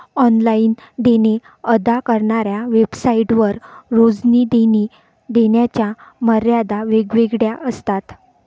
online देणे अदा करणाऱ्या वेबसाइट वर रोजची देणी देण्याच्या मर्यादा वेगवेगळ्या असतात